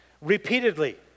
repeatedly